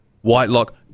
Whitelock